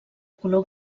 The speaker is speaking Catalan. color